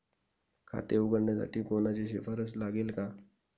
खाते उघडण्यासाठी कोणाची शिफारस लागेल का?